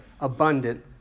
abundant